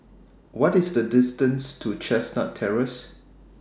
What IS The distance to Chestnut Terrace